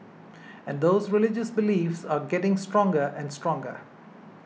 and those religious beliefs are getting stronger and stronger